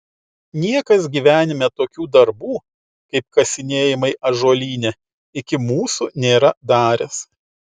niekas gyvenime tokių darbų kaip kasinėjimai ąžuolyne iki mūsų nėra daręs